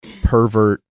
pervert